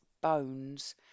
bones